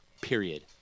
period